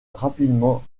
rapidement